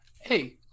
Hey